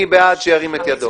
מי בעד המיזוג?